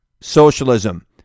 socialism